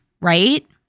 right